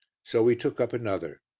so we took up another.